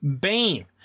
Bane